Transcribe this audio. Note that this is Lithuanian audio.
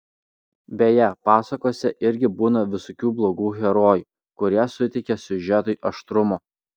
beje pasakose irgi būna visokių blogų herojų kurie suteikia siužetui aštrumo